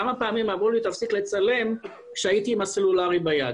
כמה פעמים אמרו לי תפסיק לצלם כשהייתי עם הסלולרי ביד?